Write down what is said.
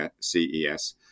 CES